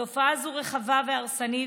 התופעה הזו רחבה והרסנית,